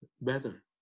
better